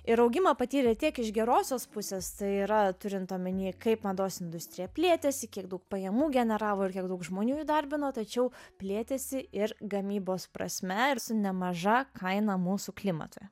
ir augimą patyrė tiek iš gerosios pusės tai yra turint omeny kaip mados industrija plėtėsi kiek daug pajamų generavo ir kiek daug žmonių įdarbino tačiau plėtėsi ir gamybos prasme ir su nemaža kaina mūsų klimatui